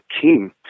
king